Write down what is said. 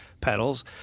pedals